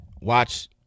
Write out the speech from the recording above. watch